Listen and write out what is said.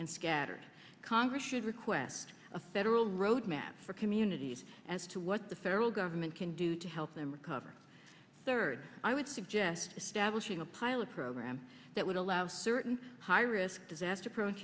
and scattered congress should request a federal road map for communities as to what the federal government can do to help them recover third i would suggest establishing a pilot program that would allow certain high risk disaster prone